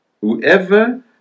whoever